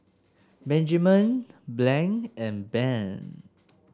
Benjiman Blaine and Ben